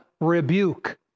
rebuke